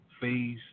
phase